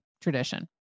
tradition